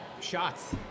shots